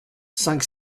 cinq